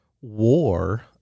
war